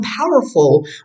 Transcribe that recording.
powerful